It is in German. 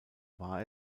war